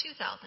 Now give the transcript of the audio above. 2,000